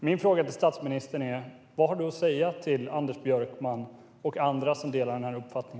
Min fråga till statsministern är: Vad har du att säga till Anders Björkman och andra som delar denna uppfattning?